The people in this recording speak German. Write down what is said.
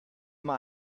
mal